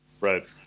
Right